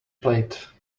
plate